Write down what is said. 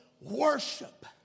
worship